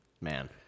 man